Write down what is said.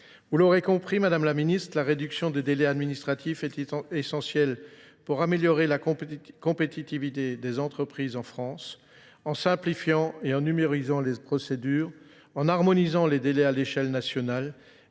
Vous l'aurez compris, Madame la Ministre, la réduction des délais administratifs est essentielle pour améliorer la compétitivité des entreprises en France. En simplifiant et en numérisant les procédures, en harmonisant les délais à l'échelle nationale